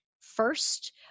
first